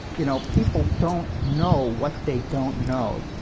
you know people don't know what they don't know.